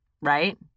right